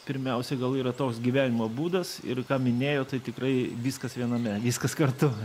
pirmiausia gal yra toks gyvenimo būdas ir ką minėjot tai tikrai viskas viename viskas kartu